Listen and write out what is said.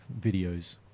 videos